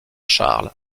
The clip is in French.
charles